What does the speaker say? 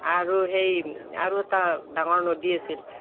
আৰু সেই আৰু এটা ডাঙৰ নদী আছিল